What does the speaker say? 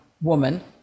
woman